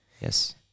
Yes